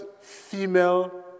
female